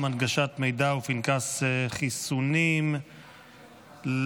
(הנגשת מידע ופנקס חיסונים למחוסן),